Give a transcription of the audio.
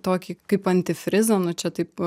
tokį kaip antifrizo nu čia taip